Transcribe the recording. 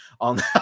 on